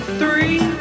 three